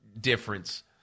difference